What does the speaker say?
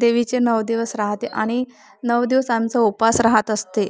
देवीचे नऊ दिवस राहाते आणि नऊ दिवस आमचा उपवास राहात असते